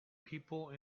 people